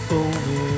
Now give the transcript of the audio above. over